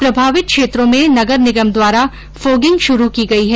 प्रभावित क्षेत्रों में नगर निगम द्वारा फोगिंग शुरू की गई है